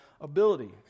ability